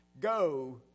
go